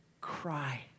cry